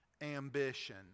ambition